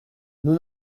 nous